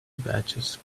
batches